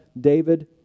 David